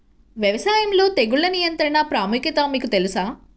వ్యవసాయంలో తెగుళ్ల నియంత్రణ ప్రాముఖ్యత మీకు తెలుసా?